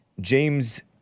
James